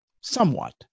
Somewhat